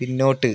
പിന്നോട്ട്